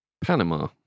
Panama